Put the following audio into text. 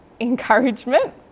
encouragement